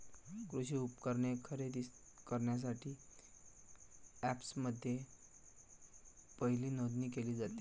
कृषी उपकरणे खरेदी करण्यासाठी अँपप्समध्ये पहिली नोंदणी केली जाते